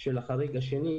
של החריג השני,